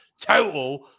total